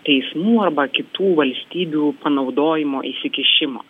teismų arba kitų valstybių panaudojimo įsikišimo